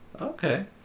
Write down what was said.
Okay